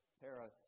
Tara